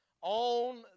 on